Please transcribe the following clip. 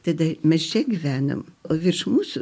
tada mes čia gyvenam o virš mūsų